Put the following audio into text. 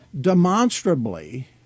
demonstrably